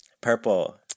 Purple